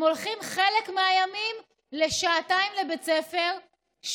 הם הולכים בחלק מן הימים לשעתיים לבית הספר,